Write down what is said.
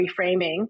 reframing